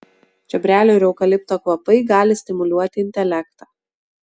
čiobrelio ir eukalipto kvapai gali stimuliuoti intelektą